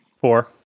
Four